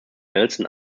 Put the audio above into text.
nelson